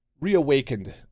reawakened